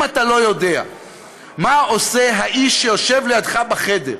אם אתה לא יודע מה עושה האיש שיושב לידך בחדר,